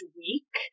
week